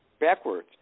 Backwards